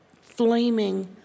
flaming